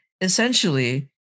essentially